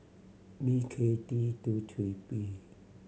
B K T two three P